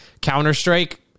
Counter-Strike